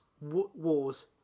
wars